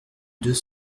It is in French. deux